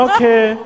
Okay